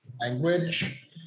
language